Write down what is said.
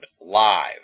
Live